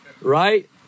right